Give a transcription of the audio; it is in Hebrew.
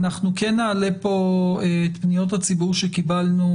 אנחנו כן נעלה פה את פניות הציבור שקיבלנו,